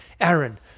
Aaron